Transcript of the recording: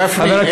גפני,